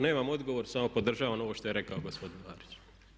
Nemam odgovor samo podržavam ovo što je rekao gospodin Marić.